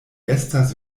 estas